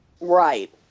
Right